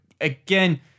again